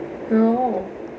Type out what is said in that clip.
oh